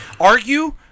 argue